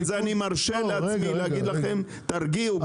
בגלל זה אני מרשה לעצמי להגיד לכם שגם אתם תרגיעו.